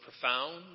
profound